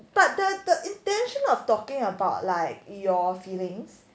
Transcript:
but the the intentions of talking about like your feelings